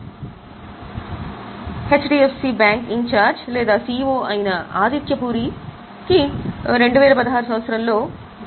కాబట్టి HDFC bank incharge లేదా CEO అయిన ఆదిత్య పూరి 2016 సంవత్సరానికి జీతం 9